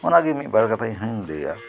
ᱚᱱᱟᱜᱮ ᱢᱤᱫ ᱵᱟᱨ ᱠᱟᱛᱷᱟ ᱤᱧᱦᱚᱸᱧ ᱞᱟᱹᱭᱟ